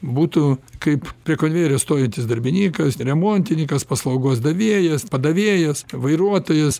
būtų kaip prie konvejerio stovintis darbininkas remontininkas paslaugos davėjas padavėjas vairuotojas